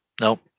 no